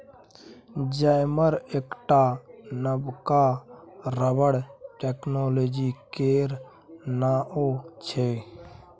जाइमर एकटा नबका रबर टेक्नोलॉजी केर नाओ छै